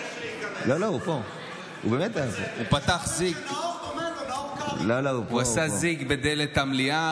עשה "זיג" בדלת המליאה,